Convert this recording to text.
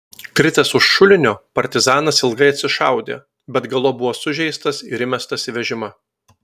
kritęs už šulinio partizanas ilgai atsišaudė bet galop buvo sužeistas ir įmestas į vežimą